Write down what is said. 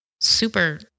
super